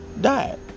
Died